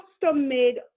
custom-made